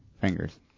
Fingers